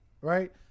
right